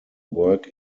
work